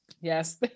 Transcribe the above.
Yes